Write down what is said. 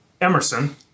Emerson